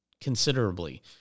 considerably